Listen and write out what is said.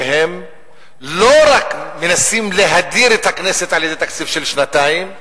שהם לא רק מנסים להדיר את הכנסת על-ידי תקציב של שנתיים,